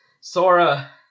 Sora